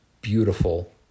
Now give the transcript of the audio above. beautiful